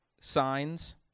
signs